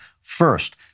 first